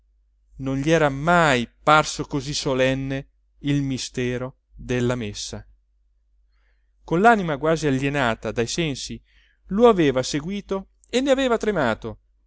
non gli era mai parso così solenne il mistero della messa con l'anima quasi alienata dai sensi lo aveva seguìto e ne aveva tremato